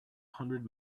hundred